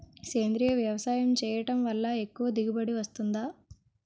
సేంద్రీయ వ్యవసాయం చేయడం వల్ల ఎక్కువ దిగుబడి వస్తుందా?